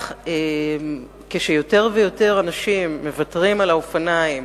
וכשיותר ויותר אנשים מוותרים על האופניים